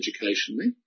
educationally